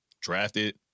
drafted